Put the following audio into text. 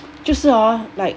就是 hor like